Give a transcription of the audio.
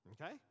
Okay